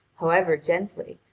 however gently,